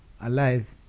alive